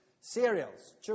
Cereals